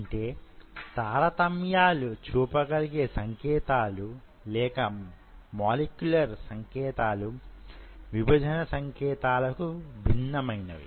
అంటె తారతమ్యాలు చూపగలిగే సంకేతాలు లేక మొలిక్యులర్ సంకేతాలు విభజన సంకేతాలకు భిన్నమైనవి